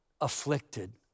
afflicted